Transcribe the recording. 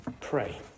pray